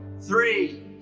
three